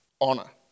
Honor